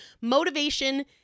motivation